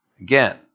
again